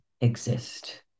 exist